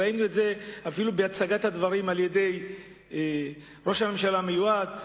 ראינו את זה אפילו בהצגת הדברים על-ידי ראש הממשלה המיועד,